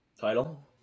Title